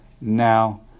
Now